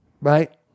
right